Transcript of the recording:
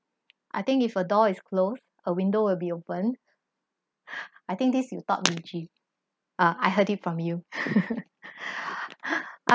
I think if a door is closed a window will be opened I think this you taught me gi ah I heard it from you I